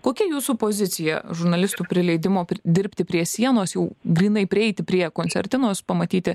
kokia jūsų pozicija žurnalistų prileidimo dirbti prie sienos jau grynai prieiti prie koncertinos pamatyti